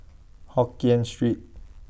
Hokien Street